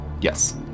Yes